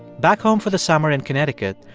back home for the summer in connecticut,